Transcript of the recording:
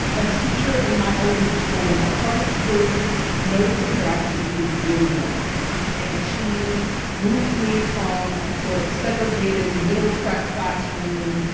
a teacher in my elementary school, in my public school notices that i can read really well and she moves me from a sort of segregated middle track classroom.